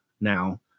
now